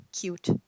cute